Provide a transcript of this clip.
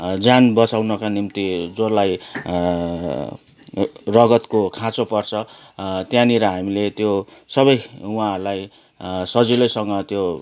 ज्यान बँचाउनका निम्ति जसलाई रगतको खाँचो पर्छ त्यहाँनिर हामीले त्यो सबै उहाँहरूलाई सजिलैसँग त्यो